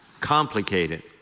complicated